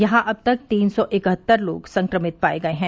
यहां अब तक तीन सौ इकहत्तर लोग संक्रमित पाए गए हैं